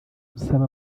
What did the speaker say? bubasaba